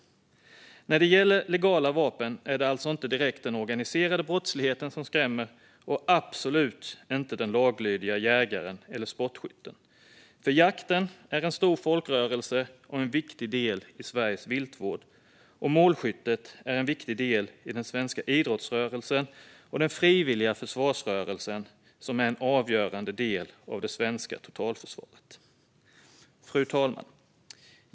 När det gäller legala vapen är det alltså inte direkt den organiserade brottsligheten som skrämmer, och absolut inte den laglydiga jägaren eller sportskytten. Jakten är en stor folkrörelse och en viktig del i Sveriges viltvård. Målskyttet är en viktig del i den svenska idrottsrörelsen och den frivilliga försvarsrörelsen, som är en avgörande del av det svenska totalförsvaret. Fru talman!